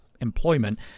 employment